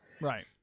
Right